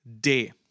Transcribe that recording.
day